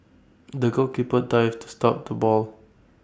the goalkeeper dived to stop the ball